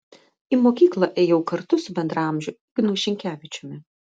į mokykla ėjau kartu su bendraamžiu ignu šinkevičiumi